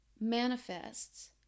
manifests